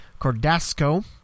Cordasco